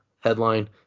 headline